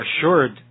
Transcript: assured